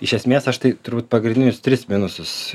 iš esmės aš tai turbūt pagrindinius tris minusus